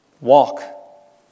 walk